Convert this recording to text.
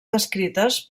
descrites